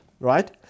right